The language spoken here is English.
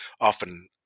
often